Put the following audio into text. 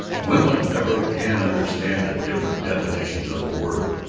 woman never can understand the different definitions of a word.